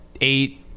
eight